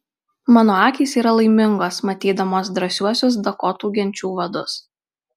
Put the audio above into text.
mano akys yra laimingos matydamos drąsiuosius dakotų genčių vadus